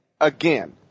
Again